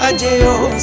ah do